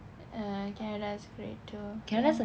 err cananda is great too